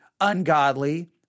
ungodly